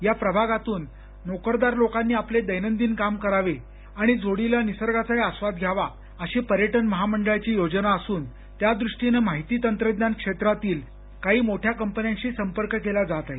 या प्रभागातून नोकरदार लोकांनी आपले दैनंदिन काम करावे आणि जोडीला निसर्गाचाही आस्वाद घ्यावा अशी पर्यटन महामंडळाची योजना असून त्यादृष्टीनं माहिती तंत्रज्ञान क्षेत्रातील काही मोठ्या कंपन्यांशीही संपर्क केला जात आहे